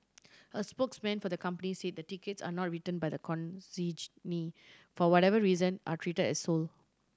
a spokesman for the company said the tickets are not return by the consignee for whatever reason are treated as sold